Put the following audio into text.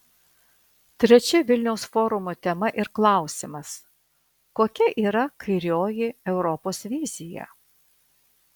trečia vilniaus forumo tema ir klausimas kokia yra kairioji europos vizija